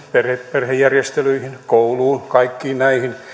perhejärjestelyihin kouluun kaikkiin näihin